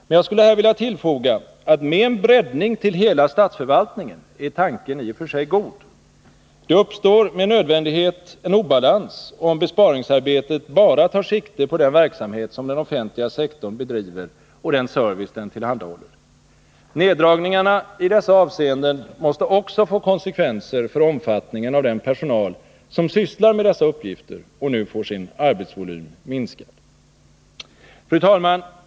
Men jag skulle här vilja tillfoga, att med en breddning till hela statsförvaltningen är tanken i och för sig god. Det uppstår med nödvändighet en obalans, om besparingsarbetet bara tar sikte på den verksamhet som den offentliga sektorn bedriver och den service den tillhandahåller. Neddragningarna i dessa avseenden måste också få konsekvenser för omfattningen av den personal som sysslar med dessa uppgifter och nu får sin arbetsvolym minskad. Fru talman!